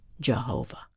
Jehovah